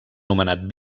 nomenat